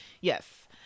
Yes